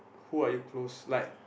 who are you close like